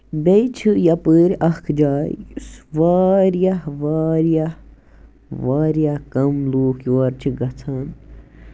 بیٚیہِ چھِ یَپٲرۍ اکھ جاے سُہ واریاہ واریاہ اریاہ کَم لوٗکھ تور گژھان